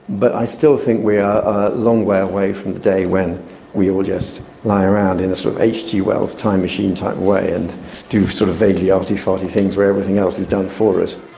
but i still think we are a long way away from the day when we all just lie around in a sort of hg wells time machine type way and do sort of vaguely arty-farty things where everything else is done for us.